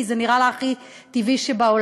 כי זה נראה לה הכי טבעי שבעולם.